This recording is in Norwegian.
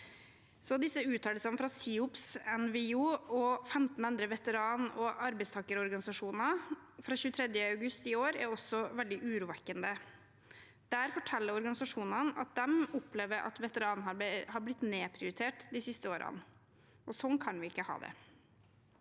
Uttalelsene fra SIOPS, NVIO og 15 andre veteran- og arbeidstakerorganisasjoner fra 23. august i år er også veldig urovekkende. Der forteller organisasjonene at de opplever at veteranarbeid har blitt nedprioritert de siste årene. Sånn kan vi ikke ha det.